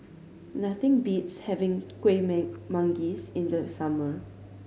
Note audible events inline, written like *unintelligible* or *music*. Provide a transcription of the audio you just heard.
nothing beats having Kueh *unintelligible* Manggis in the summer